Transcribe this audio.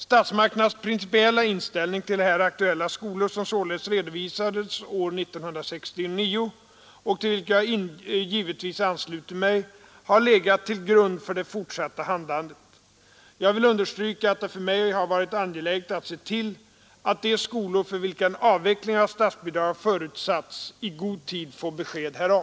Statsmakternas principiella inställning till här aktuella skolor, som således redovisades år 1969 och till vilken jag givetvis ansluter mig, har legat till grund för det fortsatta handlandet. Jag vill understryka att det för mig har varit angeläget att se till att de skolor för vilka en avveckling av statsbidraget förutsatts i god tid får besked härom.